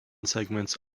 segments